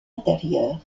intérieure